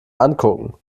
angucken